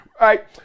right